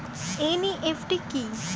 NEFT কি?